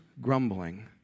grumbling